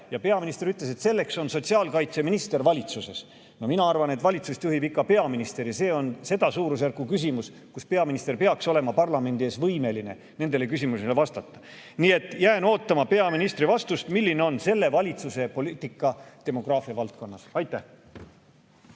Peaminister ütles, et selleks on sotsiaalkaitseminister valitsuses. Mina arvan, et valitsust juhib ikka peaminister ja see on selles suurusjärgus küsimus, millele peaminister peaks olema parlamendi ees võimeline vastama. Nii et jään ootama peaministri vastust, milline on selle valitsuse poliitika demograafia valdkonnas. Aitäh!